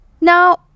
Now